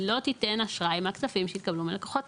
היא לא תיתן אשראי מהכספים שיתקבלו מהלקוחות.